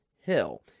Hill